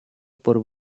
por